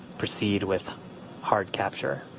proceed with hard capture.